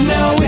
Now